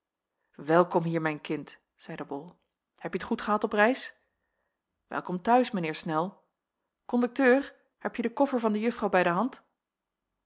welkom hier mijn kind zeide bol hebje t goed gehad op reis welkom t'huis mijn heer snel kondukteur hebje den koffer van de juffrouw bij de hand